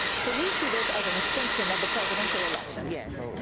so you see this as an extension of the presidential election. yes.